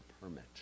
permit